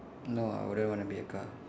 no I wouldn't wanna be a car